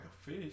Fish